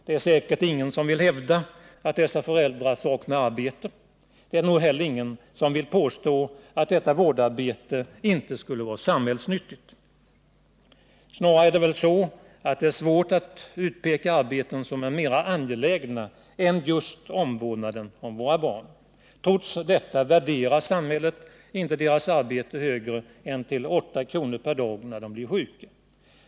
Det är säkert ingen som vill hävda att dessa föräldrar saknar arbete. Det är nog heller ingen som vill påstå att detta vårdarbete inte skulle vara samhällsnyttigt. Snarare är det väl svårt att utpeka arbeten som är mera angelägna än just omvårdnaden om våra barn. Trots detta värderar samhället inte deras arbete högre än till 8 kr. per dag när de blir sjuka.